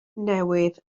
newydd